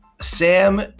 Sam